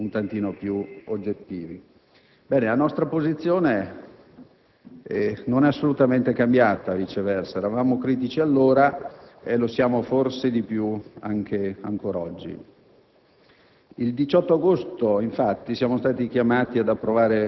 Signor Presidente, colleghi, prendo atto con soddisfazione che, dopo una corale approvazione, a caldo, di questa manovra, da parte di quasi tutta l'Aula, oggi iniziamo a percepire qualche